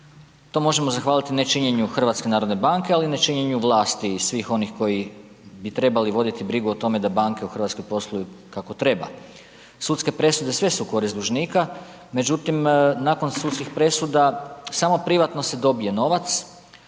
To možemo zahvaliti nečinjenju HNB-a, ali ne činjenju vlasti i svih onih koji bi trebali voditi brigu o tome da banke u RH posluju kako treba. Sudske presude, sve su u korist dužnika. Međutim, nakon sudskih presuda, samo privatno se dobije novac,